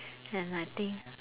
and I think